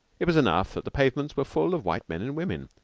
it was enough that the pavements were full of white men and women,